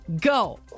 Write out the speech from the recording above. go